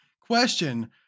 question